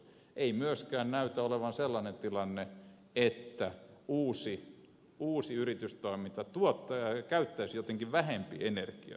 ei myöskään näytä olevan sellainen tilanne että uusi yritystoiminta käyttäisi jotenkin vähempi energiaa sitten